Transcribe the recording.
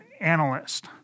analyst